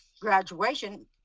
graduation